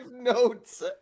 notes